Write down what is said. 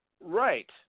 Right